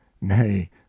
nay